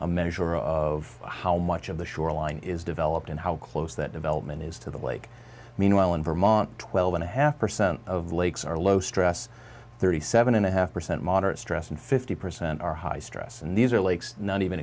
a measure of how much of the shoreline is developed and how close that development is to the lake meanwhile in vermont twelve and a half percent of the lakes are low stress thirty seven and a half percent moderate stress and fifty percent are high stress and these are lakes not even